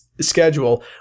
schedule